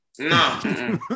No